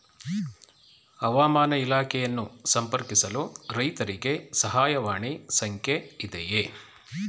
ಹವಾಮಾನ ಇಲಾಖೆಯನ್ನು ಸಂಪರ್ಕಿಸಲು ರೈತರಿಗೆ ಸಹಾಯವಾಣಿ ಸಂಖ್ಯೆ ಇದೆಯೇ?